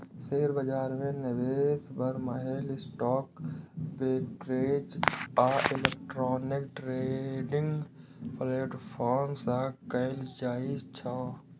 share बाजार मे निवेश बरमहल स्टॉक ब्रोकरेज आ इलेक्ट्रॉनिक ट्रेडिंग प्लेटफॉर्म सं कैल जाइ छै